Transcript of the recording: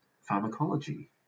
pharmacology